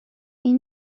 این